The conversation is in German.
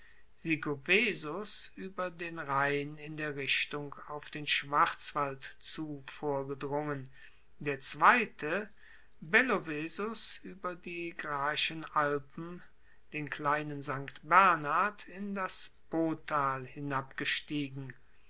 ueber den rhein in der richtung auf den schwarzwald zu vorgedrungen der zweite bellovesus ueber die graischen alpen den kleinen st bernhard in das potal hinabgestiegen